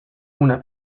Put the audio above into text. una